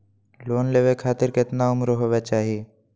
Loan लेवे खातिर केतना उम्र होवे चाही?